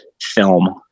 film